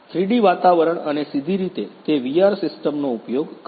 3D વાતાવરણ અને સીધી રીતે તે VR સિસ્ટમનો ઉપયોગ કરો